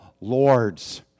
Lords